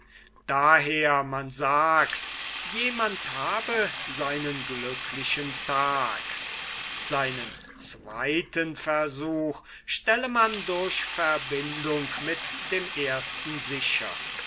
daher man sagt jemand habe seinen glücklichen tag seinen zweiten versuch stelle man durch verbindung mit dem ersten sicher